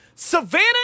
Savannah